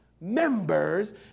members